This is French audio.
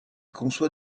conçoit